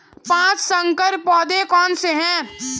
पाँच संकर पौधे कौन से हैं?